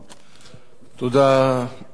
תודה, אדוני השר.